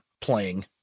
Playing